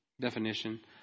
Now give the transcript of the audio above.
definition